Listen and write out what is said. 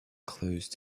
close